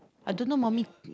I don't know mommy